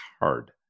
hard